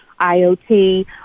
IOT